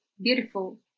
beautiful